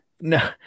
No